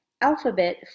alphabet